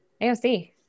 AOC